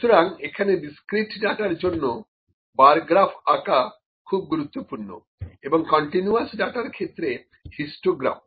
সুতরাং এখানে ডিসক্রিট ডাটার জন্য বার গ্রাফ আঁকা খুব গুরুত্বপূর্ণ এবং কন্টিনিউয়াস ডাটার ক্ষেত্রে হিস্টোগ্রাম